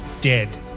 dead